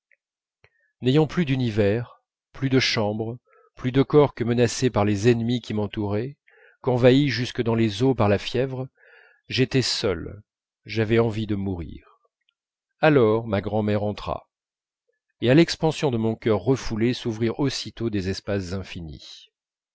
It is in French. n'ayant plus d'univers plus de chambre plus de corps que menacé par les ennemis qui m'entouraient qu'envahi jusque dans les os par la fièvre j'étais seul j'avais envie de mourir alors ma grand'mère entra et à l'expansion de mon cœur refoulé s'ouvrirent aussitôt des espaces infinis